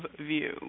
view